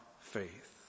faith